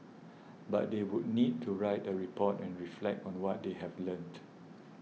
but they would need to write a report and reflect on what they have learnt